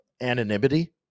anonymity